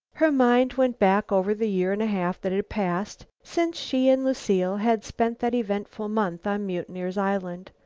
her mind went back over the year and a half that had passed since she and lucile had spent that eventful month on mutineer's island.